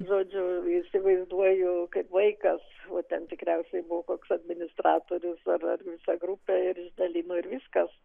žodžiu įsivaizduoju kaip vaikas va ten tikriausiai koks administratorius ar ar visa grupė ir išdalino ir viskas